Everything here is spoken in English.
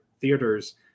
theaters